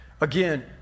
again